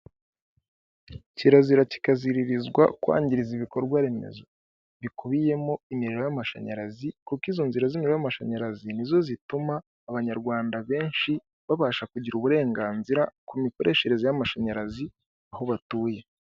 Kirazira kikaziririzwa kwangiza ibikorwaremezo bikubiyemo imiriro y'amashanyarazi, kuko izo nzira z'imiriro y'amashanyarazi, ni zo zituma abanyarwanda benshi babasha kugira uburenganzira ku mikoreshereze y'amashanyarazi, aho batuye.